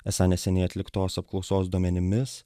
esą neseniai atliktos apklausos duomenimis